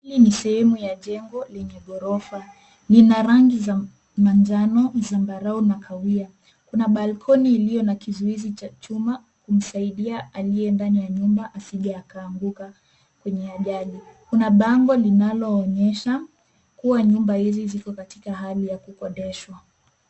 Hii ni sehemu ya jengo lenye ghorofa. Lina rangi za manjano, zambarau na kahawia. Kuna balkoni iliyo na kizuizi cha chuma kumsaidia aliye ndani ya nyumba asije akaanguka kwenye ajali. Kuna bango linaloonyesha kuwa nyumba hizi ziko katika hali ya kukodeshwa.